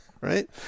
Right